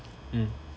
mm